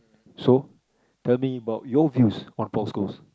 so tell me about your views about Paul-Coles